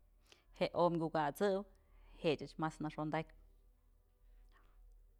Je'e omy kukat'sëw jëch ëch mas nëxondakpyë.